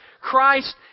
Christ